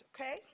okay